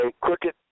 crooked